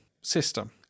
system